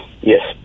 Yes